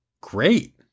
great